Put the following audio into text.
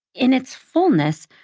in its fullness,